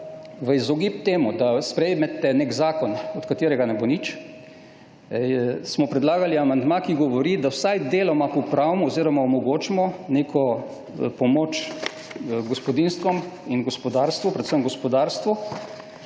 V izogib temu da sprejmete zakon, od katerega ne bo nič, smo predlagali amandma, ki govori, da vsaj deloma popravimo oziroma omogočimo neko pomoč gospodinjstvom in gospodarstvu, predvsem gospodarstvu,